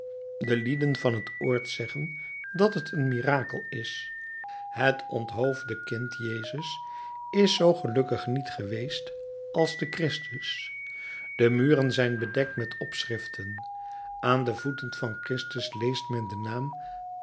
de lieden van het oord zeggen dat t een mirakel is het onthoofde kind jezus is zoo gelukkig niet geweest als de christus de muren zijn bedekt met opschriften aan de voeten van christus leest men den naam